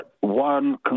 one